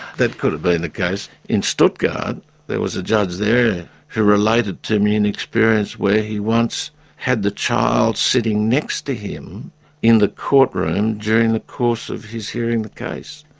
that could've been the case. in stuttgart there was a judge there who related to me an experience where he once had the child sitting next to him in the courtroom during the course of his hearing the case,